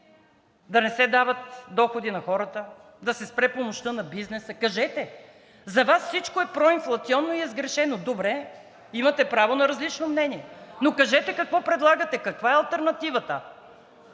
Да не се дават доходи на хората, да се спре помощта на бизнеса. Кажете! За Вас всичко е проинфлационно и сгрешено. Добре, имате право на различно мнение, но кажете какво предлагате, каква е алтернативата?